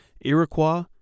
Iroquois